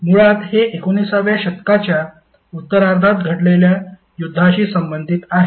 मुळात हे 19व्या शतकाच्या उत्तरार्धात घडलेल्या युद्धाशी संबंधित आहे